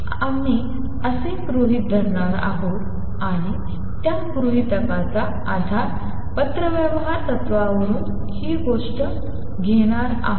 आम्ही असे गृहीत धरणार आहोत आणि त्या गृहितकाचा आधार पत्रव्यवहार तत्त्वावरून ही गोष्ट उधार घेणार आहे